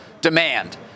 demand